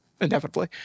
Indefinitely